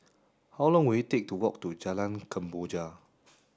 how long will it take to walk to Jalan Kemboja